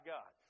God